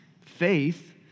faith